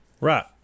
Right